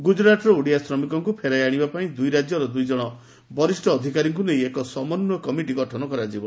ଗୁଜରାଟରୁ ଓଡିଆ ଶ୍ରମିକଙ୍କୁ ଫେରାଇ ଆଶିବା ପାଇଁ ଦୁଇ ରାକ୍ୟର ଦୁଇଜଣ ବରିଷ୍ ଅଧିକାରୀଙ୍କୁ ନେଇ ଏକ ସମନ୍ୱୟ କମିଟି ଗଠନ କରାଯିବ